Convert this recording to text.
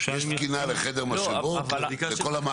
לחדר משאבות?